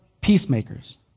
peacemakers